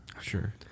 Sure